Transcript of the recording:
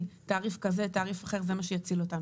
"תעריף כזה או אחר" וזה מה שיציל אותנו.